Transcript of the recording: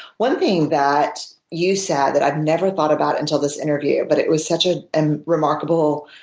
one thing that you said that i've never thought about until this interview, but it was such a and remarkable